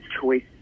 choice